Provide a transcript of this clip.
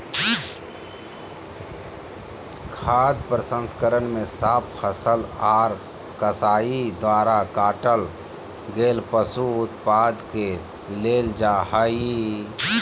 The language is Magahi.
खाद्य प्रसंस्करण मे साफ फसल आर कसाई द्वारा काटल गेल पशु उत्पाद के लेल जा हई